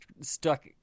stuck